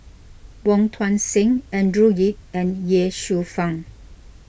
Wong Tuang Seng Andrew Yip and Ye Shufang